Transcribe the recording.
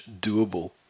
doable